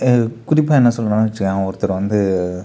குறிப்பாக என்ன சொல்லணுனால் வச்சிக்க ஒருத்தர் வந்து